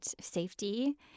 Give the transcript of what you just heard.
safety